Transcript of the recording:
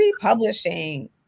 publishing